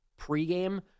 pregame